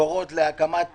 מקורות להקמת